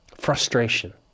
frustration